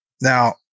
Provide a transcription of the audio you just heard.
Now